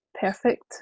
perfect